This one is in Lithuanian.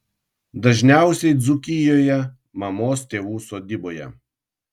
dažniausiai dzūkijoje mamos tėvų sodyboje